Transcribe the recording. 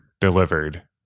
delivered